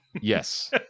Yes